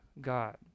God